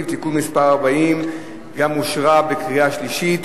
(תיקון מס' 40) אושרה גם בקריאה שלישית,